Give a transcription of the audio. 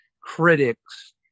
critics